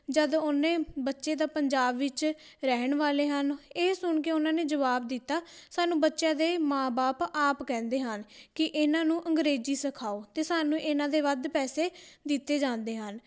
ਜਦ ਉਹਨੇ ਬੱਚੇ ਦਾ ਪੰਜਾਬ ਵਿੱਚ ਰਹਿਣ ਵਾਲੇ ਹਨ ਇਹ ਸੁਣ ਕੇ ਉਹਨਾਂ ਨੇ ਜਵਾਬ ਦਿੱਤਾ ਸਾਨੂੰ ਬੱਚਿਆਂ ਦੇ ਮਾਂ ਬਾਪ ਆਪ ਕਹਿੰਦੇ ਹਨ ਕਿ ਇਹਨਾਂ ਨੂੰ ਅੰਗਰੇਜ਼ੀ ਸਿਖਾਓ ਅਤੇ ਸਾਨੂੰ ਇਹਨਾਂ ਦੇ ਵੱਧ ਪੈਸੇ ਦਿੱਤੇ ਜਾਂਦੇ ਹਨ